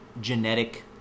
genetic